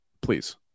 please